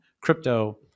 crypto